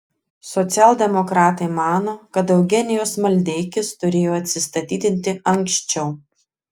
socialdemokratai mano kad eugenijus maldeikis turėjo atsistatydinti anksčiau